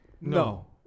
No